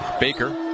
Baker